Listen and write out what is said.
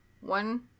one